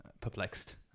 perplexed